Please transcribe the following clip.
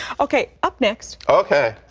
okay, up next. okay.